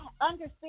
understand